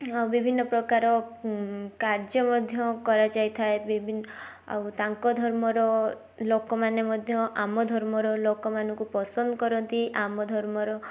ଆଉ ବିଭିନ୍ନ ପ୍ରକାର କାର୍ଯ୍ୟ ମଧ୍ୟ କରାଯାଇଥାଏ ବିଭିନ୍ନ ଆଉ ତାଙ୍କ ଧର୍ମର ଲୋକମାନେ ମଧ୍ୟ ଆମ ଧର୍ମର ଲୋକମାନଙ୍କୁ ପସନ୍ଦ କରନ୍ତି ଆମ ଧର୍ମର